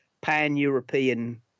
pan-European